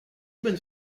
bonne